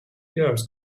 girls